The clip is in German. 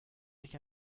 sich